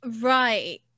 right